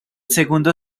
segundo